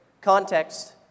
Context